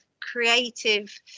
creative